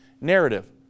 narrative